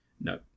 No